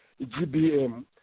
GBM